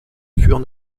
furent